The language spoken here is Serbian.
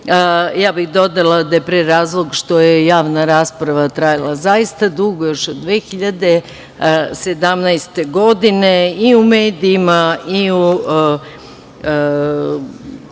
Ja bih dodala da je pre razlog što je javna rasprava trajala zaista dugo, još od 2017. godine i u medijima i,